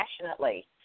passionately